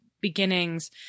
beginnings